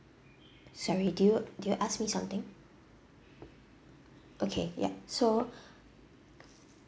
sorry do you do you ask me something okay ya so